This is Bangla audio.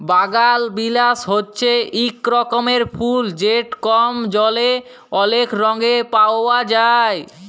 বাগালবিলাস হছে ইক রকমের ফুল যেট কম জলে অলেক রঙে পাউয়া যায়